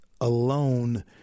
alone